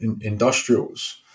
industrials